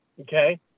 okay